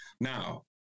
Now